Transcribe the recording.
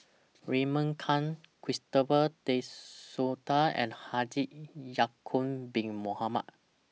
Raymond Kang Christopher De Souza and Haji Ya'Acob Bin Mohamed